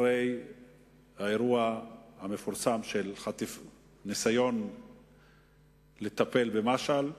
אחרי האירוע המפורסם של ניסיון לטפל במשעל,